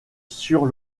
sur